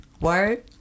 Word